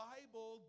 Bible